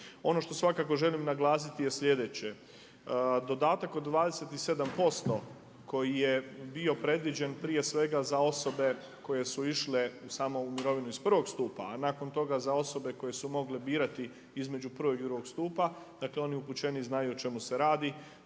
Ono što svakako želim naglasiti je sljedeće. Dodatak od 27% koji je bio predviđen prije svega za osobe koje su išle samo u mirovinu iz prvog stupa a nakon toga za osobe koje su mogle birati između prvog i drugog stupa, dakle oni upućeniji znaju o čemu se radi.